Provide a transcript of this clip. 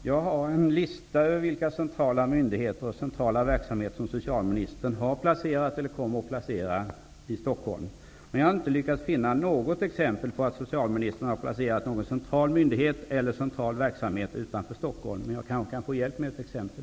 Herr talman! Jag har en lista över vilka centrala myndigheter och andra centrala verksamheter som socialministern har placerat eller kommer att placera i Stockholm, men jag har inte lyckats finna något exempel på att socialministern har placerat någon central myndighet eller central verksamhet utanför Stockholm. Kanske kan jag få hjälp med ett exempel?